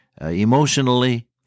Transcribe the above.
emotionally